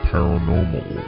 Paranormal